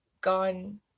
gone